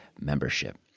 membership